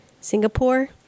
Singapore